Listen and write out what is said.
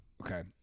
Okay